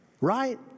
Right